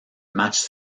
matches